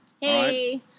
Hey